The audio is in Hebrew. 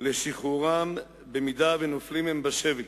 לשחרורם אם נופלים הם בשבי.